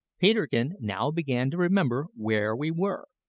peterkin now began to remember where we were.